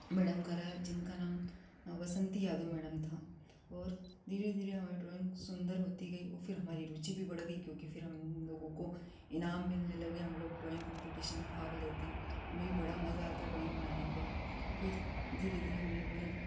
madam का रहा है जिनका नाम बसंती यादव मैडम था और धीरे धीरे हमारी ड्राइंग सुंदर होती गई फिर हमारी रुचि भी बढ़ गई क्योंकि हम लोगों को इनाम मिलने लगे हम लोग ड्राइंग कंपटीशन में भाग लेते हमें भी बड़ा मजा आता ड्राइंग बनाने पर फिर धीरे धीरे हम लोगों ने